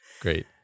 Great